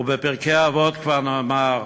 ובפרקי אבות כבר נאמר: